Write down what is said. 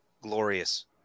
glorious